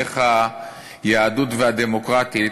איך היהודית והדמוקרטית,